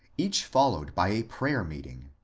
each followed by a prayer-meeting,